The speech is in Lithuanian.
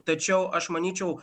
tačiau aš manyčiau